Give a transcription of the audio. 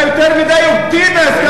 אתה יותר מדי אופטימי.